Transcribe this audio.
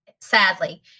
sadly